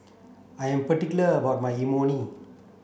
I am particular about my Imoni